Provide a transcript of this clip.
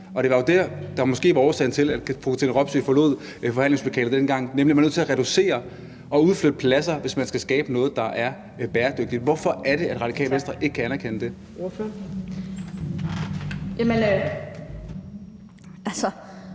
det, der var årsagen til, at fru Katrine Robsøe forlod forhandlingslokalet dengang – nemlig at man er nødt til at reducere og udflytte pladser, hvis man skal skabe noget, der er bæredygtigt. Hvorfor er det, at Radikale Venstre ikke kan anerkende det? Kl.